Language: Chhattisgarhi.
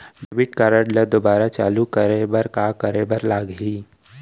डेबिट कारड ला दोबारा चालू करे बर का करे बर लागही?